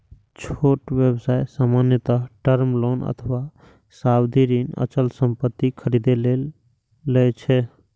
छोट व्यवसाय सामान्यतः टर्म लोन अथवा सावधि ऋण अचल संपत्ति खरीदै लेल लए छै